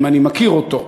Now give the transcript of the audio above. אם אני מכיר אותו.